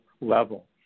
level